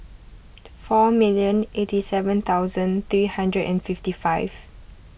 four million eighty seven thousand three hundred and fifty five